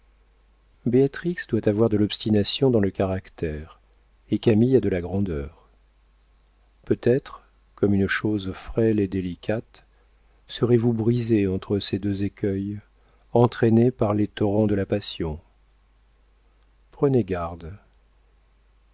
béatrix doit avoir de l'obstination dans le caractère et camille a de la grandeur peut-être comme une chose frêle et délicate serez-vous brisé entre ces deux écueils entraîné par les torrents de la passion prenez garde